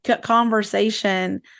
Conversation